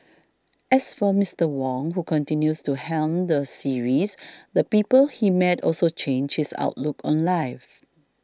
as for Mister Wong who continues to helm the series the people he met also changed his outlook on life